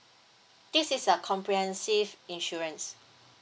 this is a comprehensive insurance